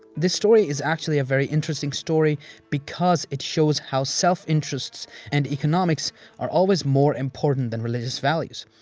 this story is actually a very interesting story because it shows how self-interests and economics are always more important than religious values.